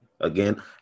Again